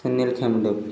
Sunil Khemdu